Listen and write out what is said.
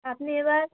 আপনি এবার